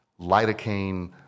lidocaine